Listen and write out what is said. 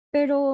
Pero